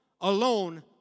alone